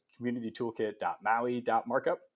communitytoolkit.maui.markup